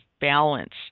balance